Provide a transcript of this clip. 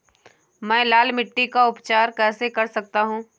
मैं लाल मिट्टी का उपचार कैसे कर सकता हूँ?